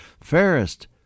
fairest